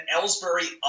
Ellsbury